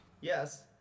Yes